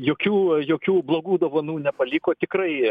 jokių jokių blogų dovanų nepaliko tikrai